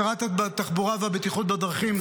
שרת התחבורה והבטיחות בדרכים,